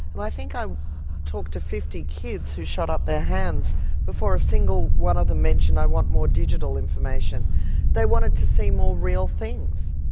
and i think a talked to fifty kids who shot up their hands before a single one of them mentioned i want more digital information' they wanted to see more real things.